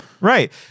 Right